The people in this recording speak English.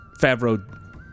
Favreau